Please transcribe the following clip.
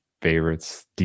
favorites